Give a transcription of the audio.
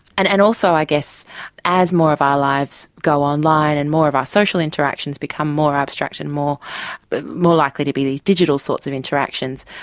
and and also i guess as more of our lives go online and more of our social interactions become more abstract and more but more likely to be these digital sorts of interactions,